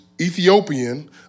Ethiopian